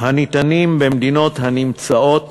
הניתנות במדינות הנמצאות